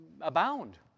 abound